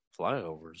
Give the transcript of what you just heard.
Flyovers